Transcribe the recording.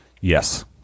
Yes